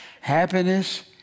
Happiness